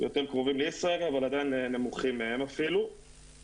ויותר קרובים לישראייר אבל עדין נמוכים מהם אפילו.